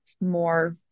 more